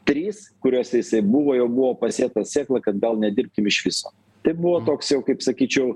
trys kuriuose jisai buvo jau buvo pasėta sėkla kad gal nedirbkim iš viso tai buvo toks jau kaip sakyčiau